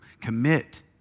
Commit